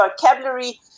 vocabulary